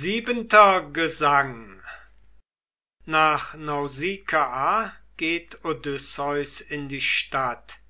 vii gesang nach nausikaa geht odysseus in die stadt